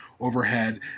overhead